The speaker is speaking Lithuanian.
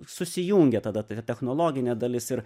susijungia tada ta technologinė dalis ir